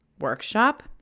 workshop